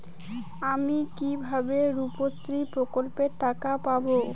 আমি কিভাবে রুপশ্রী প্রকল্পের টাকা পাবো?